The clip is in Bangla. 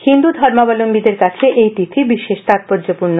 হিন্দু ধর্মাবলম্বীদের কাছে এই তিথি বিশেষ তাৎপর্যপূর্ণ